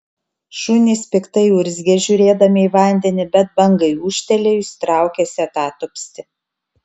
šunys piktai urzgė žiūrėdami į vandenį bet bangai ūžtelėjus traukėsi atatupsti